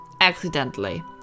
Accidentally